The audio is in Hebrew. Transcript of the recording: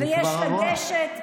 היא כבר עברה.